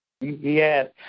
Yes